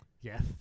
Yes